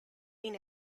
been